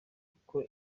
kuko